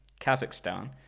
Kazakhstan